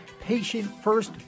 patient-first